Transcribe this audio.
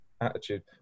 attitude